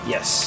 Yes